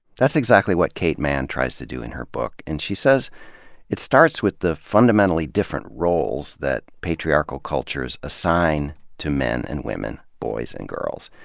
that's exactly what kate manne tries to do in her book. so and she says it starts with the fundamentally different roles that patriarchal cultures assign to men and women, boys and girls.